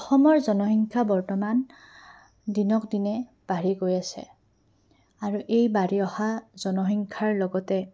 অসমৰ জনসংখ্যা বৰ্তমান দিনক দিনে বাঢ়ি গৈ আছে আৰু এই বাঢ়ি অহা জনসংখ্যাৰ লগতে